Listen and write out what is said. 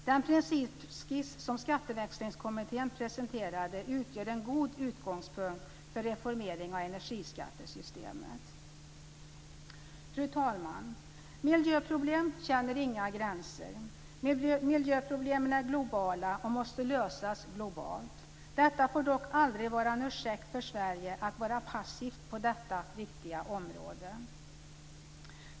Den principskiss som Skatteväxlingskommittén presenterade utgör en god utgångspunkt för reformering av energiskattesystemet. Fru talman! Miljöproblem känner inga gränser. Miljöproblemen är globala och måste lösas globalt. Detta får dock aldrig vara en ursäkt för Sverige att vara passivt på detta viktiga område.